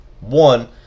one